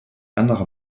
anderer